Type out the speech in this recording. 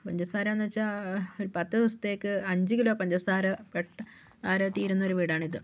പഞ്ചസാര എന്നുവച്ചാൽ ഒരു പത്ത് ദിവസത്തേക്ക് അഞ്ച് കിലോ പഞ്ചസാര തീരുന്നൊരു വീടാണിത്